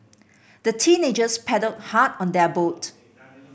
the teenagers paddled hard on their boat